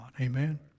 Amen